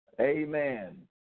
Amen